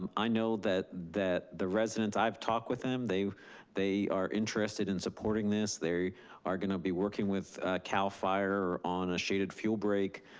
um i know that that the residents, i've talked with them, they they are interested in supporting this. they are gonna be working with cal fire on a shaded fuel break.